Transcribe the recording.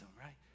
right